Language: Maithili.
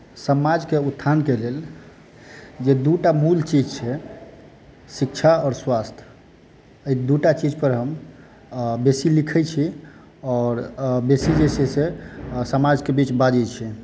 समाजकेँ उत्थानके लेल जे दू टा मूल चीज छै शिक्षा आओर स्वास्थ्य अहि दू टा चीज पर हम बेसी लिखै छी आओर बेसी जे छै से समाजके बीच बाजै छियनि